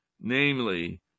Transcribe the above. Namely